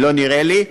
לא נראה לי,